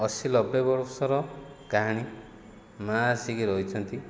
ଅଶୀ ନବେ ବର୍ଷର କାହାଣୀ ମା' ଆସିକି ରହିଛନ୍ତି